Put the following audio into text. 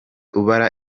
ubara